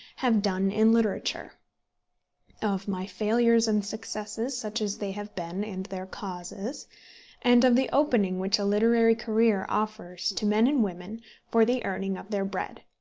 have done in literature of my failures and successes such as they have been, and their causes and of the opening which a literary career offers to men and women for the earning of their bread.